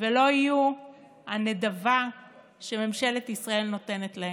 ולא יהיו הנדבה שממשלת ישראל נותנת להם.